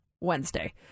Wednesday